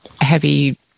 heavy